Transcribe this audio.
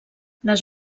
les